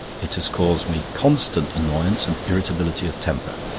it has caused me constant annoyance and irritability of temper.